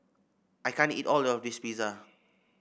I can't eat all of this Pizza